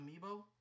Amiibo